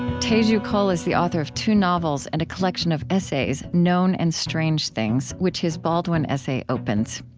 teju cole is the author of two novels and a collection of essays, known and strange things, which his baldwin essay opens.